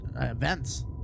events